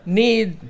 need